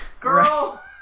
girl